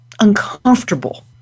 uncomfortable